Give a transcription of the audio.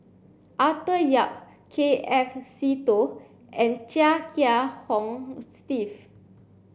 Arthur Yap K F Seetoh and Chia Kiah Hong Steve